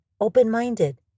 open-minded